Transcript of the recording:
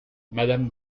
madame